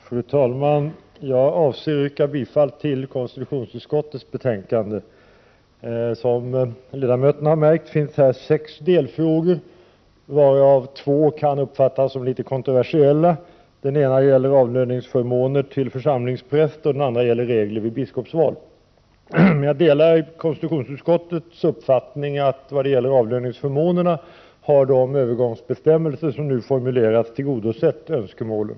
Fru talman! Jag yrkar bifall till konstitutionsutskottets hemställan. Som ledamöterna märkt finns här sex delfrågor, av vilka två kan uppfattas som litet kontroversiella. Den ena gäller avlöningsförmånerna till församlingspräster. Den andra gäller regler vid biskopsval. Jag delar konstitutionsutskottets uppfattning ivad gäller avlöningsförmånerna, att de övergångsbestämmelser som nu formulerats tillgodoser de olika önskemålen.